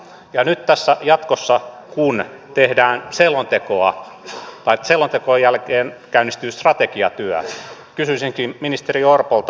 ja nyt tässä jatkossa kun selonteon jälkeen käynnistyy strategiatyö kysyisinkin ministeri orpolta